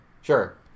Sure